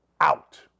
out